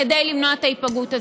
כדי למנוע את ההיפגעות הזו.